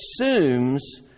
assumes